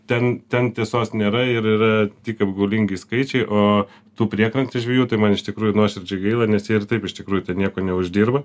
ten ten tiesos nėra ir yra tik apgaulingi skaičiai o tų priekrantės žvejų tai man iš tikrųjų nuoširdžiai gaila nes jie ir taip iš tikrųjų ten nieko neuždirba